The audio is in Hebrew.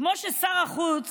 כמו ששר החוץ